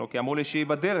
כי אמרו לי שהיא בדרך,